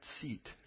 seat